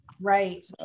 Right